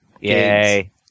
yay